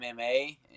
MMA